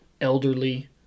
elderly